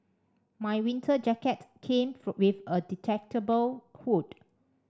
my winter jacket came for with a detachable hood